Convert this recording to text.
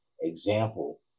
example